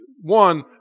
one